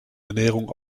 ernährung